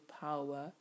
power